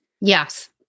yes